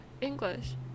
English